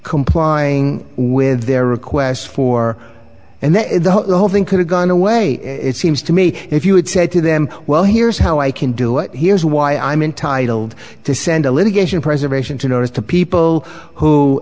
complying with their requests for and then the whole thing could have gone away it seems to me if you would say to them well here's how i can do it here's why i'm entitled to send a litigation preservation to notice to people who